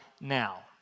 now